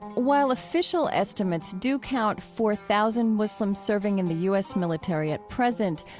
while official estimates do count four thousand muslims serving in the u s. military at present,